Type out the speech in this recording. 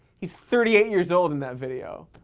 he's thirty eight years old in that video.